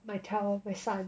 my child my son